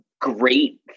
great